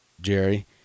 Jerry